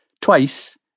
Twice